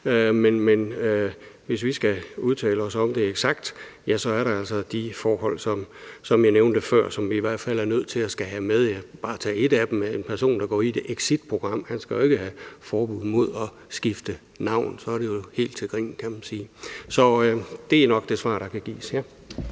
men hvis vi skal udtale os eksakt om det, er der altså de forhold, som jeg nævnte før, som vi i hvert fald er nødt til at skulle have med, og jeg kan bare tage et af dem: En person, der går ind i et exitprogram, skal jo ikke have forbud mod at skifte navn. Så er det jo helt til grin, kan man sige. Så det er nok det svar, der kan gives.